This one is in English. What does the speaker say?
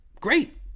great